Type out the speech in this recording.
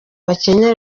bakeneye